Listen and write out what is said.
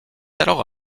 alors